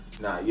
Nah